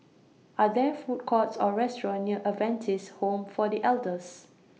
Are There Food Courts Or restaurants near Adventist Home For The Elders